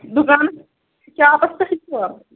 دُکانس شاپَس پیٚٹھٕے چھِوا